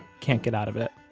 can't get out of it.